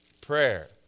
prayer